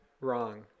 wrong